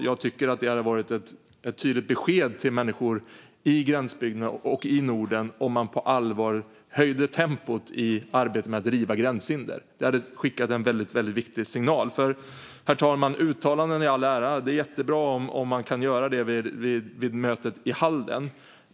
Jag tycker att det hade varit ett tydligt besked till människor i gränsbygderna och i Norden om man på allvar höjde tempot i arbetet med att riva gränshinder. Det hade skickat en väldigt viktig signal. Herr talman! Uttalanden i all ära - det är jättebra om man kan göra ett uttalande vid mötet i Halden.